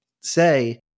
say